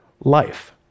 life